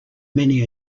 many